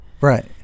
right